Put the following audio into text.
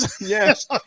Yes